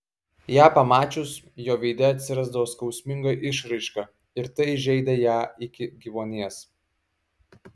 ją pamačius jo veide atsirasdavo skausminga išraiška ir tai žeidė ją iki gyvuonies